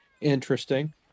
Interesting